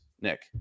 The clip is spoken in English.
Nick